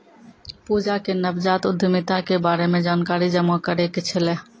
पूजा के नवजात उद्यमिता के बारे मे जानकारी जमा करै के छलै